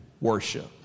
worship